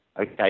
Okay